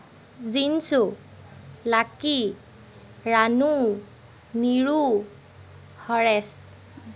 Jinchu Lucky Ranu Niru Haresh